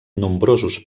nombrosos